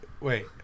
wait